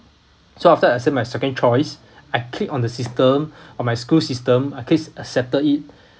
so after I accept my second choice I click on the system on my school system I click I settle it